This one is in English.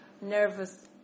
nervous